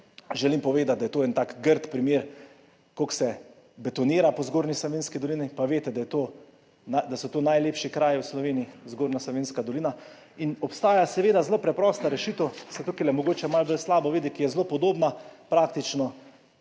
Želim povedati, da je to en tak grd primer, kako se betonira po Zgornji Savinjski dolini, pa veste, da so to najlepši kraji v Sloveniji, Zgornja Savinjska dolina, in obstaja seveda zelo preprosta rešitev, tukajle se mogoče malo bolj slabo vidi, ki je praktično